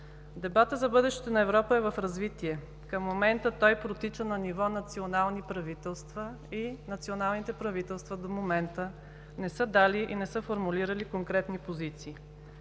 Дебатът за бъдещето на Европа е в развитие. Към момента той протича на ниво национални правителства и националните правителства до момента не са дали и не са формулирали конкретни позиции.